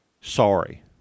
sorry